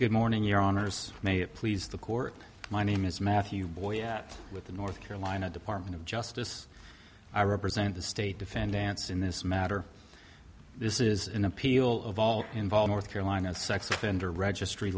good morning your honour's may it please the court my name is matthew boy with the north carolina department of justice i represent the state defendants in this matter this is an appeal of all involved north carolina's sex offender registry